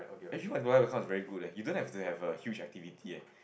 actually account is very good eh you don't have to have a huge activity eh